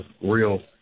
real